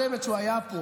בפעם הקודמת שהוא היה פה